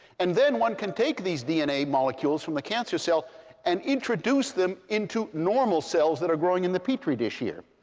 and then one can take these dna molecules from the cancer cell and introduce them into normal cells that are growing in the petri dish here.